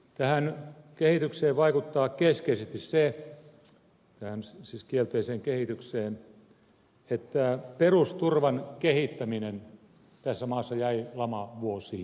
tähän kielteiseen kehitykseen vaikuttaa keskeisesti se että perusturvan kehittäminen tässä maassa jäi lamavuosiin